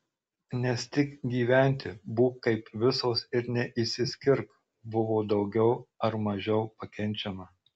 nes tik gyventi būk kaip visos ir neišsiskirk buvo daugiau ar mažiau pakenčiama